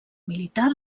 militar